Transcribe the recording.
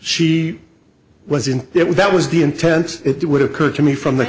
she was in it was that was the intent it would occur to me from the